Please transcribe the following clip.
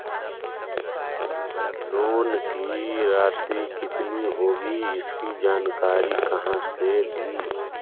Loan की रासि कितनी होगी इसकी जानकारी कहा से ली?